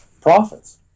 profits